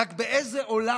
רק באיזה עולם